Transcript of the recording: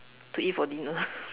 to eat for dinner